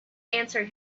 answer